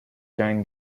jan